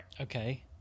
okay